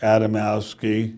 Adamowski